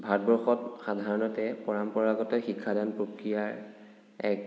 ভাৰতবৰ্ষত সাধাৰণতে পৰম্পৰাগত শিক্ষাদান প্ৰক্ৰিয়াৰ এক